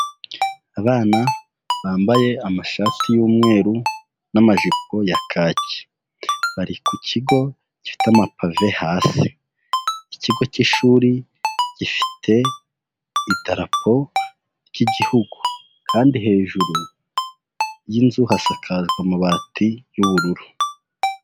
Abana bambaye amashati y'umweru n'amajipo ya kaki, bari ku kigo gifite amapave hasi, ikigo cy'ishuri gifite idarapo ry'igihugu kandi hejuru y'inzu hasakajwe amabati y'ubururu.